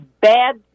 bad